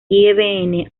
ibn